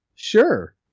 Sure